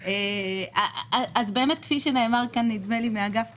כפי שנאמר כאן מאגף התקציבים,